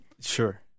Sure